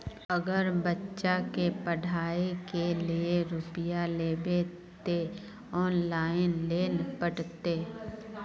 अगर बच्चा के पढ़ाई के लिये रुपया लेबे ते ऑनलाइन लेल पड़ते?